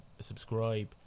subscribe